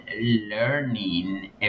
learning